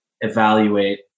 evaluate